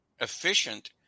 efficient